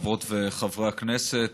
חברות וחברי הכנסת,